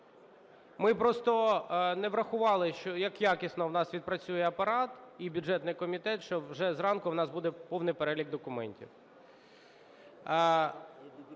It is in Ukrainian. Ми просто не врахували, як якісно у нас відпрацює Апарат і бюджетний комітет, що вже зранку у нас буде повний перелік документів.